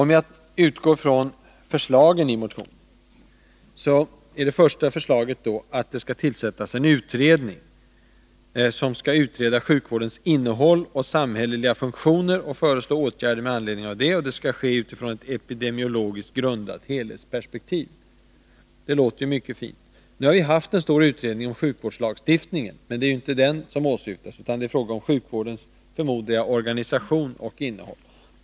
Om jag utgår från förslagen i motionen, är det första förslaget där att det skall tillsättas en utredning, som skall utreda sjukvårdens innehåll och samhälleliga funktioner samt föreslå åtgärder med anledning därav utifrån ett epidemiologiskt grundat helhetsperspektiv. Det låter mycket fint. Nu har vi ju haft en stor utredning om sjukvårdslagstiftningen, men det är inte den som åsyftats, utan det är här fråga om sjukvårdens — förmodar jag — organisation och innehåll.